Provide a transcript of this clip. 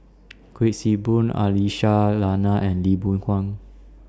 Kuik Swee Boon Aisyah Lyana and Lee Boon Wang